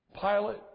Pilate